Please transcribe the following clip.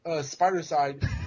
Spider-Side